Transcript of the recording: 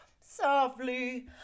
softly